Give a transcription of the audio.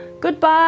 Goodbye